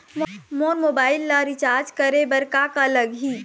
मोर mobile ला recharge करे बर का का लगही?